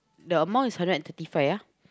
the amount is hundred and thirty five ah